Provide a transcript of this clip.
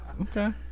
Okay